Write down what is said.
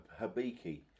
Habiki